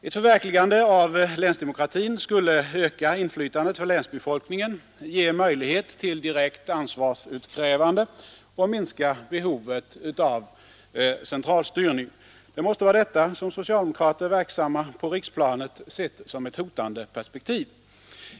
Ett förverkligande av länsdemokratin skulle öka inflytandet för länsbefolkningen, ge möjlighet till ett direkt ansvarsutkrävande och minska behovet av centralstyrning. Det måste vara detta som socialdemokrater verksamma på riksplanet sett som ett hotande perspektiv.